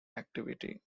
activity